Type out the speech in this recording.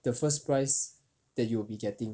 the first price that you will be getting